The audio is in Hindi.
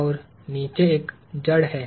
और नीचे एक जड़ संरचना है